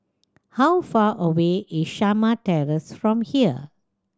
how far away is Shamah Terrace from here